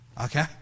Okay